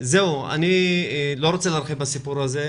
אני לא רוצה להרחיב בסיפור הזה,